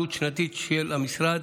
עלות שנתית למשרד,